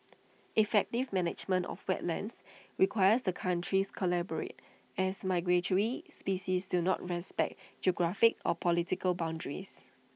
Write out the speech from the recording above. effective management of wetlands requires the countries collaborate as migratory species do not respect geographic or political boundaries